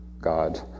God